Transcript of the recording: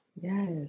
Yes